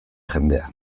jendea